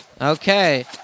Okay